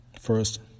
First